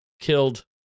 killed